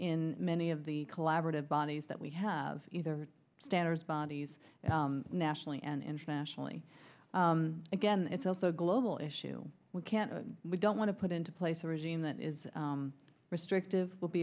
in many of the collaborative bodies that we have either standards bodies nationally and internationally again it's also a global issue we can't and we don't want to put into place a regime that is restrictive will be